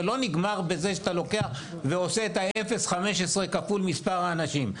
זה לא נגמר בזה שאתה לוקח ועושה את ה-0.15 כפול מספר האנשים.